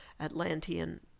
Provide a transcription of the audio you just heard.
Atlantean